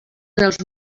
dels